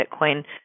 Bitcoin